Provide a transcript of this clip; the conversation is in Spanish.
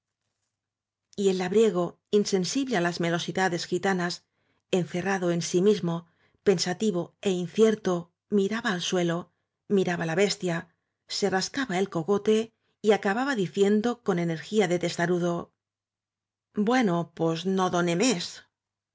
el labriego insensible á las melosidades gitanas encerrado en sí mismo pensativo é incierto miraba al suelo miraba la bestia se rascaba el cogote y acababa diciendo con energía de testarudo bueno pos no done mes